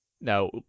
Now